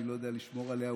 אני לא יודע לשמור עליה,